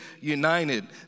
united